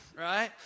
right